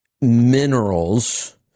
minerals